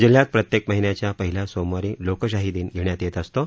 जिल्ह्यात प्रत्येक महिन्याच्या पहिल्या सोमवारी लोकशाही दिन घेण्यात येत असतो